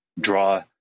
draw